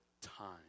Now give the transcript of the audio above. time